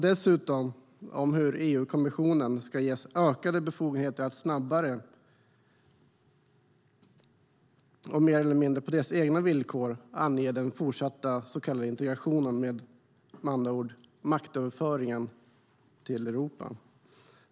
Dessutom handlar det om hur EU-kommissionen ska ges ökade befogenheter att snabbare, och mer eller mindre på dess egna villkor, ange den fortsatta så kallade integrationen, med andra ord maktöverföringen, i Europa.